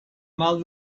mal